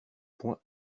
point